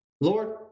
Lord